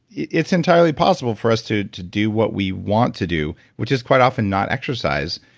it's entirely possible for us to to do what we want to do, which is quite often not exercise,